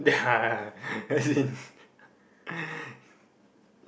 yeah as in